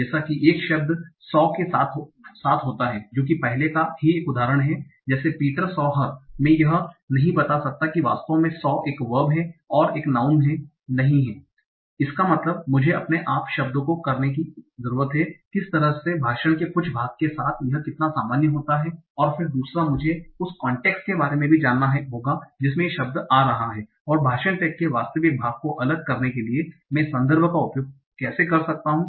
जैसा की एक शब्द saw के साथ होता हैं जो कि पहले का ही उदाहरण हैं जैसे पीटर सॉ हर कि मैं यह नहीं बता सकता कि वास्तव में सॉ एक वर्ब है और एक नाऊन नहीं है इसका मतलब है मुझे अपने आप शब्द को कुछ करने की ज़रूरत है किस तरह से भाषण के कुछ भाग के साथ यह कितना सामान्य होता है फिर दूसरा मुझे उस कांटेक्स्ट के बारे में भी जानना होगा जिसमें शब्द आ रहा है और भाषण टैग के वास्तविक भाग को अलग करने के लिए मैं संदर्भ का उपयोग कैसे कर सकता हूं